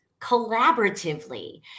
collaboratively